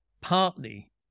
partly